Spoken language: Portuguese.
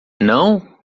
não